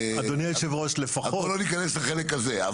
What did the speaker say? אנחנו לא ניכנס לחלק הזה.